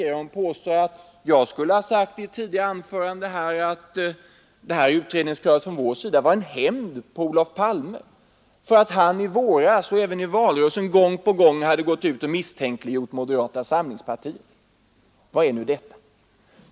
Fru Eriksson påstod att jag skulle ha sagt i ett tidigare anförande att utredningskravet från vår sida var en hämnd på Olof Palme för att han i våras och även i valrörelsen gång på gång hade misstänkliggjort moderata samlingspartiet. Vad är nu detta?